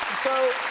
so,